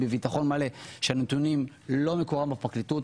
בביטחון מלא שהנתונים לא מקורם בפרקליטות.